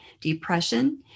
depression